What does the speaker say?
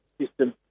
system